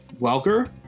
Welker